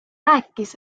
rääkis